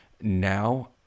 now